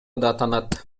даттанат